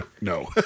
no